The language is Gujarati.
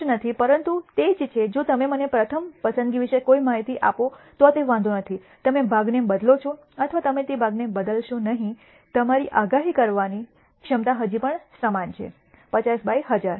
સ્પષ્ટ નથી પરંતુ તે જ છે જો તમે મને પ્રથમ પસંદગી વિશે કોઈ માહિતી ન આપો તો તે વાંધો નથી તમે ભાગને બદલો છો અથવા તમે તે ભાગને બદલશો નહીં તમારી આગાહી કરવાની તમારી ક્ષમતા હજી પણ સમાન છે 50 બાય 1000